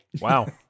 wow